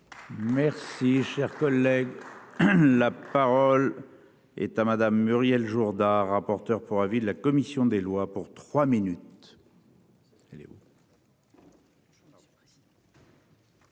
Merci, cher collègue. La parole est à Madame Muriel Jourda, rapporteur pour avis de la commission des lois pour 3 minutes.